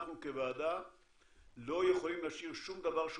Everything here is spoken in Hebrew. אנחנו כוועדה לא יכולים להשאיר שום דבר שהוא